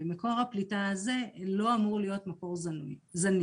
מקור הפליטה הזה לא אמור להיות מקור זניח.